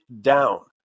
down